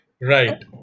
Right